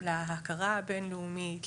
להכרה הבין-לאומית,